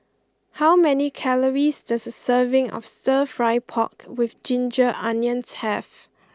how many calories does a serving of stir fry pork with ginger onions have